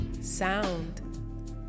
sound